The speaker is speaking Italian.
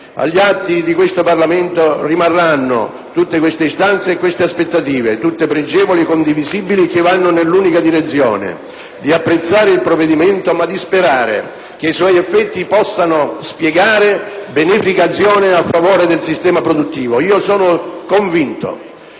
agli atti di questo Parlamento rimarranno queste istanze e queste aspettative, tutte pregevoli e condivisibili, che vanno nell'unica direzione di apprezzare il provvedimento e di sperare che i suoi effetti possano spiegare benefica azione a favore del sistema produttivo. Io sono convinto